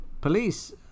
police